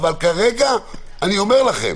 אבל כרגע אני אומר לכם